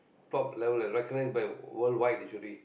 top level recognise by worldwide literally